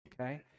okay